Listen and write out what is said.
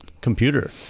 Computer